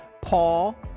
Paul